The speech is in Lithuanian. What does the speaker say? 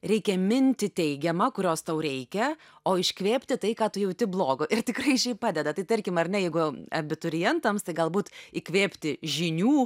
reikia mintį teigiamą kurios tau reikia o iškvėpti tai ką tu jauti blogo ir tikrai šiaip padeda tai tarkim ar ne jeigu abiturientams tai galbūt įkvėpti žinių